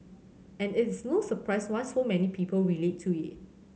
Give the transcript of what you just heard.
and it is no surprise why so many people relate to it